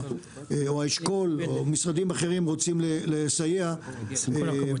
האשכול או משרדים אחרים רוצים לסייע באמצעותו